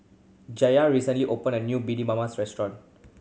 Jaye recently opened a new restaurant